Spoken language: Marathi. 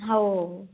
हो